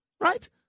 right